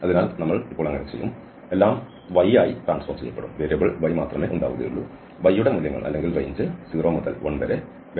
അതിനാൽ നമ്മൾ ഇപ്പോൾ അങ്ങനെ ചെയ്യും എല്ലാം y ആയി പരിവർത്തനം ചെയ്യപ്പെടും y യുടെ മൂല്യങ്ങൾ അല്ലെങ്കിൽ റെയിഞ്ച് 0 മുതൽ 1 വരെ ആയിരിക്കും